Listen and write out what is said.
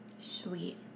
Sweet